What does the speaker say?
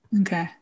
Okay